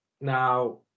Now